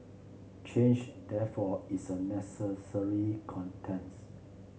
change therefore is a necessary contents